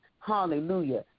hallelujah